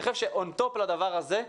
אני חושב שבנוסף לדבר הזה,